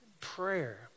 prayer